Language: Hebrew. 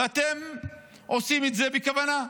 ואתם עושים את זה בכוונה.